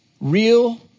real